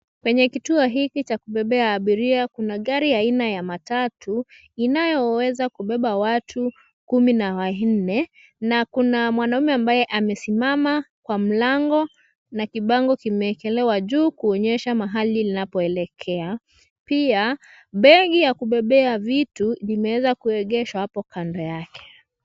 Kwenye kituo hiki cha kubebea abiria kuna gari aina ya matatu inayoweza kubeba watu kumi na wanne na kuna mwanaume ambaye amesimama kwa mlango na kibango kimewekelewa juu kuonyesha mahali linapoelekea. Pia begi ya kubebea vitu limeweza kuegeshwa hapo kando yake.